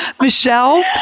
Michelle